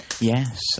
Yes